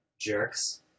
jerks